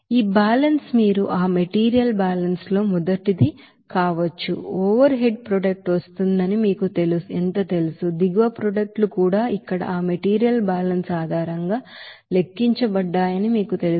ఈ బ్యాలెన్స్ మీరు ఆ మెటీరియల్ బ్యాలెన్స్ లో మొదటిది కావొచ్చు ఓవర్ హెడ్ ప్రొడక్ట్ వస్తుందని మీకు ఎంత తెలుసు దిగువ ప్రొడక్ట్ లు కూడా ఇక్కడ ఆ మెటీరియల్ బ్యాలెన్స్ ఆధారంగా లెక్కించబడ్డాయని మీకు తెలుసు